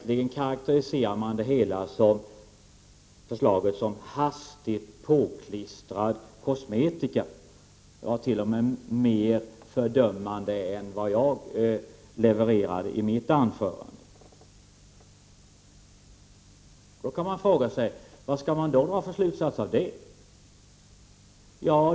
Man karaktäriserar hela förslaget som hastigt påklistrad kosmetika. Man var t.o.m. mer fördömande än jag var i mitt anförande. Vad kan man dra för slutsats av detta?